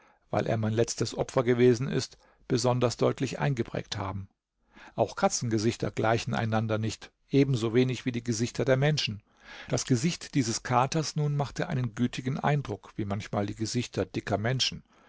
weil er mein letztes opfer gewesen ist besonders deutlich eingeprägt haben auch katzengesichter gleichen einander nicht ebensowenig wie die gesichter der menschen das gesicht dieses katers nun machte einen gütigen eindruck wie manchmal die gesichter dicker menschen